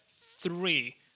three